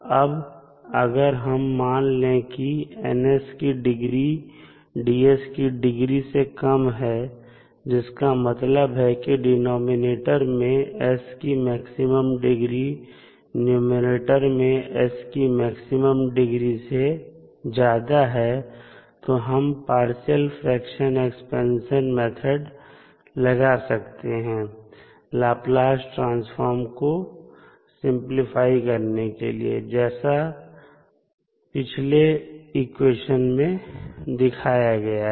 अब अगर हम मान ले कि N की डिग्री D की डिग्री से कम है जिसका मतलब है कि डिनॉमिनेटर में s की मैक्सिमम डिग्री न्यूमैरेटर में s की मैक्सिमम डिग्री से ज्यादा है तो हम पार्शियल फ्रेक्शन एक्सपेंशन मेथड लगा सकते हैं लाप्लास ट्रांसफॉर्म को सिंपलीफाई करने के लिए जैसा पिछले इक्वेशन में दिखाया गया है